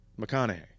McConaughey